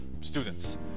students